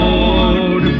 Lord